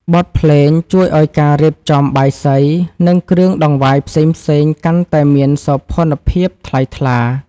បទភ្លេងជួយឱ្យការរៀបចំបាយសី និងគ្រឿងដង្វាយផ្សេងៗកាន់តែមានសោភ័ណភាពថ្លៃថ្លា។